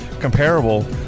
comparable